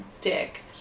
dick